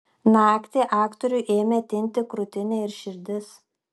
naktį aktoriui ėmė tinti krūtinė ir širdis